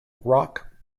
rock